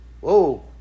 Whoa